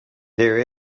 there